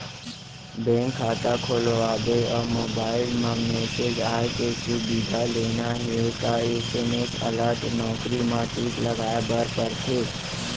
bank खाता खोलवाबे अउ मोबईल म मेसेज आए के सुबिधा लेना हे त एस.एम.एस अलर्ट नउकरी म टिक लगाए बर परथे